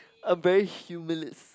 I'm very humilist